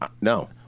No